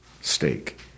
stake